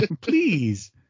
please